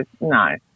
No